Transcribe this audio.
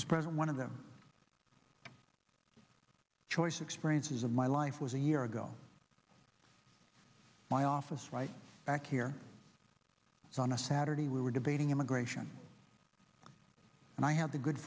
is present one of the choice experiences of my life was a year ago my office right back here on a saturday we were debating immigration and i had the good